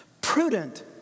prudent